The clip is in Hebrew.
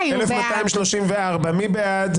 1,240 מי בעד?